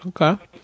Okay